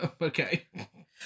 Okay